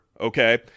okay